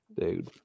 dude